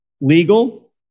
legal